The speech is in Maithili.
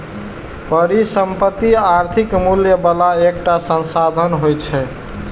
परिसंपत्ति आर्थिक मूल्य बला एकटा संसाधन होइ छै